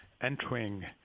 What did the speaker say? entering